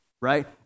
right